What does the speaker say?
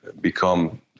become